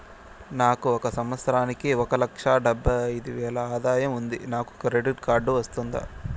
నాకు ఒక సంవత్సరానికి ఒక లక్ష డెబ్బై అయిదు వేలు ఆదాయం ఉంది నాకు క్రెడిట్ కార్డు వస్తుందా?